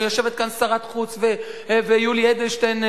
ויושבים כאן שרת חוץ ויולי אדלשטיין,